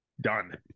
Done